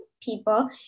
people